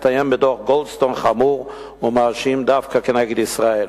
מסתיימת בדוח- גולדסטון חמור ומאשים דווקא נגד ישראל.